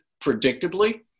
predictably